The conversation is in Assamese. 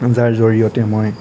যাৰ জৰিয়তে মই